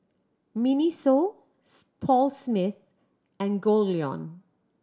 MINISO Paul Smith and Goldlion